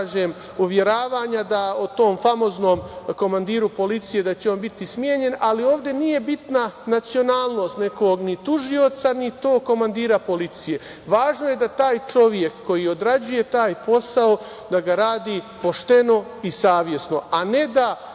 da kažem, uveravanja da o tom famoznom komandiru policije, da će on biti smenjen. Ali, ovde nije bitna nacionalnost ni tužioca, ni tog komandira policije, važno je da taj čovek koji odrađuje taj posao, da ga radi pošteno i savesno, a ne da,